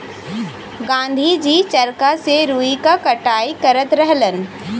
गाँधी जी चरखा से रुई क कटाई करत रहलन